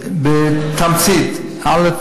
בתמצית: א.